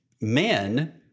men